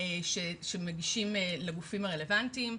שמגישים לגופים הרלוונטיים,